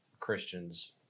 Christians